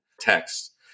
text